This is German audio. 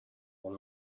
wenn